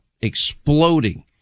exploding